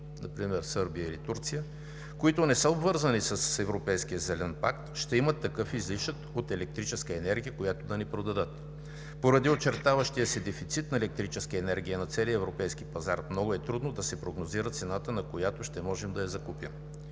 например Сърбия или Турция, които не са обвързани с Европейския зелен пакт, ще имат такъв излишък от електрическа енергия, която да ни продадат. Поради очертаващия се дефицит на електрическа енергия на целия европейски пазар много е трудно да се прогнозира цената, на която ще можем да я закупим.